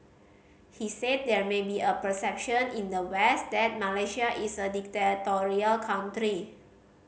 he said there may be a perception in the West that Malaysia is a dictatorial country